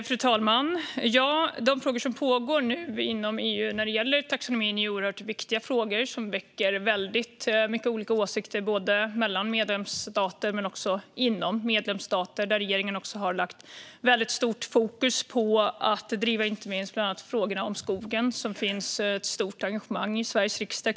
Fru talman! De frågor som nu behandlas inom EU när det gäller taxonomin är oerhört viktiga och väcker väldigt många olika åsikter både mellan medlemsstater men också inom medlemsstater. Regeringen har lagt väldigt stort fokus på att driva inte minst frågorna om skogen som det finns ett stort engagemang kring i Sveriges riksdag.